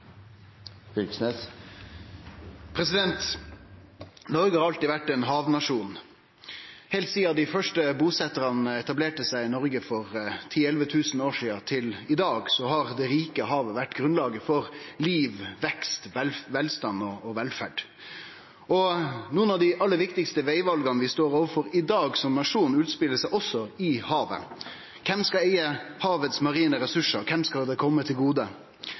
sidan og fram til i dag, har det rike havet vore grunnlaget for liv, vekst, velstand og velferd. Nokre av dei aller viktigaste vegvala vi står overfor som nasjon i dag, utspelar seg også i havet. Kven skal eige havets marine ressursar, kven skal dei kome til gode?